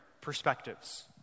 perspectives